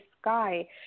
sky